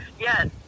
yes